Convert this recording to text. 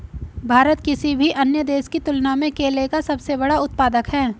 भारत किसी भी अन्य देश की तुलना में केले का सबसे बड़ा उत्पादक है